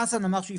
חסן אמר שהוא יפנה.